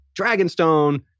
dragonstone